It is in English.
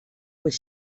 was